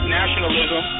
nationalism